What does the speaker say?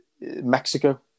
Mexico